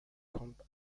compte